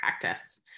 practice